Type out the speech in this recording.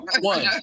one